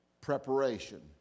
preparation